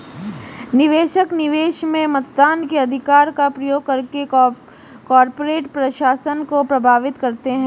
निवेशक, निवेश में मतदान के अधिकार का प्रयोग करके कॉर्पोरेट प्रशासन को प्रभावित करते है